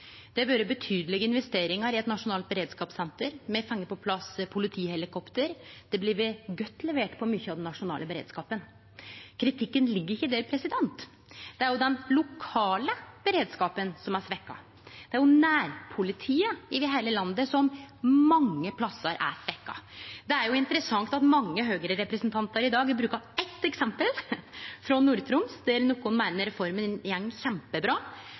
Det har vore betydelege investeringar i eit nasjonalt beredskapssenter, me har fått på plass politihelikopter, det har blitt godt levert på mykje av den nasjonale beredskapen. Kritikken ligg ikkje i det, det er den lokale beredskapen som er svekt. Det er nærpolitiet over heile landet som mange plassar er svekt. Det er jo interessant at mange Høgre-representantar i dag har brukt eitt eksempel, frå Nord-Troms, der nokon meiner reforma